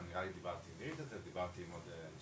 גם נראה לי דיברתי נירית על זה ודיברתי גם עם עוד אנשים,